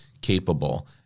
capable